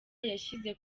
yashyize